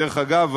דרך אגב,